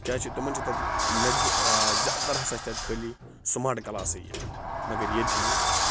کیٛاہ چھِ تِمَن چھِ تَتہِ مٮ۪کزِ زیادٕتَر ہسا چھِ تَتہِ خٲلی سٕماٹ کَلاسٕے یٲتۍ مگر ییٚتہِ چھِنہٕ